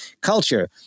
culture